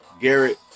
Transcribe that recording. Garrett